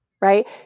Right